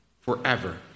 forever